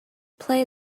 play